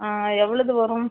எவ்வளது வரும்